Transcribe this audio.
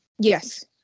yes